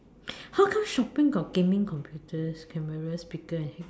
how come shopping got gaming computers cameras speaker and